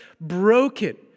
broken